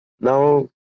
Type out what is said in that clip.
Now